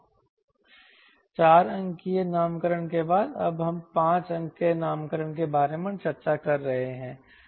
4 अंकीय नामकरण के बाद अब हम 5 अंकीय नामकरण के बारे में चर्चा कर रहे हैं